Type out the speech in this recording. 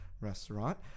restaurant